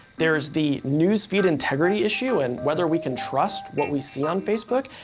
there's the newsfeed integrity issue and whether we can trust what we see on facebook.